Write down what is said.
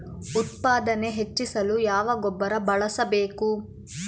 ಉತ್ಪಾದನೆ ಹೆಚ್ಚಿಸಲು ಯಾವ ಗೊಬ್ಬರ ಬಳಸಬೇಕು?